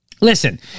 Listen